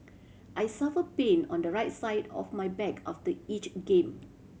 I suffer pain on the right side of my back after each game